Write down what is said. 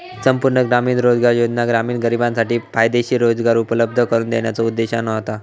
संपूर्ण ग्रामीण रोजगार योजना ग्रामीण गरिबांसाठी फायदेशीर रोजगार उपलब्ध करून देण्याच्यो उद्देशाने होता